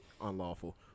unlawful